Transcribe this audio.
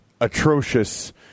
atrocious